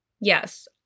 Yes